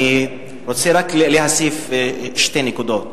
אני רוצה רק להוסיף שתי נקודות.